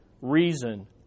reason